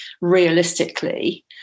realistically